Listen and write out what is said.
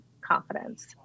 confidence